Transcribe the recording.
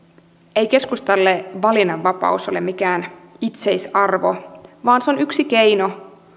ei keskustalle valinnanvapaus ole mikään itseisarvo vaan se on yksi keino